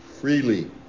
freely